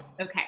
Okay